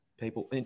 people